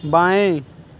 बाएँ